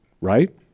Right